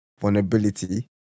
vulnerability